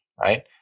right